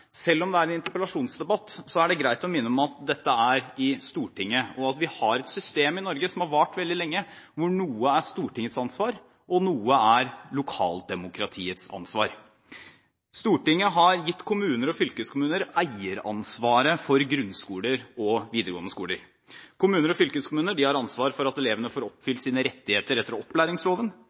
Selv om det er en interpellasjonsdebatt, er det greit å minne om at dette er i Stortinget, og at vi har et system i Norge som har vart veldig lenge, hvor noe er Stortingets ansvar og noe er lokaldemokratiets ansvar. Stortinget har gitt kommuner og fylkeskommuner eieransvaret for grunnskoler og videregående skoler. Kommuner og fylkeskommuner har ansvar for at elever får oppfylt sine rettigheter etter opplæringsloven.